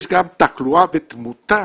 יש גם תחלואה ותמותה,